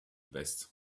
best